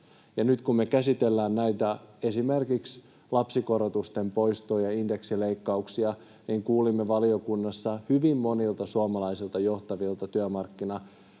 nyt kun me käsitellään esimerkiksi lapsikorotusten poistoa ja indeksileikkauksia, niin kuulimme valiokunnassa hyvin monilta suomalaisilta johtavilta